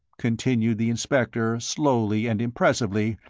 continued the inspector, slowly and impressively,